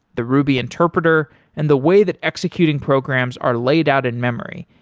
the ruby interpreter and the way that executing programs are laid out in memory.